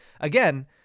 again